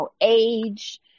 age